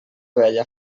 vella